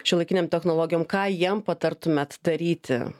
šiuolaikinėm technologijom ką jiem patartumėt daryti